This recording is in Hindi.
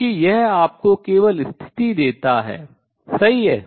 क्योंकि यह आपको केवल स्थिति देता है सही है